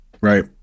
Right